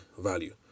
value